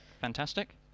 Fantastic